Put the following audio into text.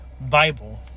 Bible